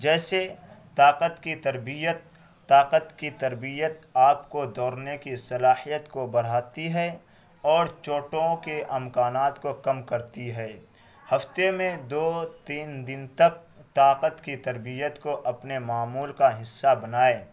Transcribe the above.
جیسے طاقت کی تربیت طاقت کی تربیت آپ کو دوڑنے کی صلاحیت کو بڑھاتی ہے اور چوٹوں کے امکانات کو کم کرتی ہے ہفتے میں دو تین دن تک طاقت کی تربیت کو اپنے معمول کا حصہ بنائں